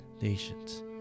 nations